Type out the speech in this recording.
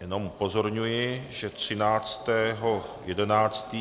Jenom upozorňuji, že 13. 11.